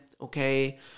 okay